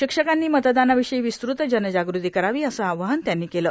शिक्षकांनी मतदार्नाावषयी विस्तृत जनजागृती करावी असं आवाहन त्यांनी केलं